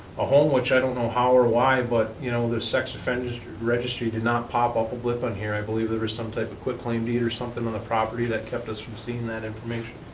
a home which i don't know how or why, but you know the sex offenders registry did not pop up a blip on here. i believe there was some time of quick claim deed or something on the property that kept us from seeing that information?